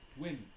Win